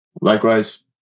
Likewise